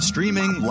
Streaming